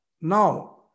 now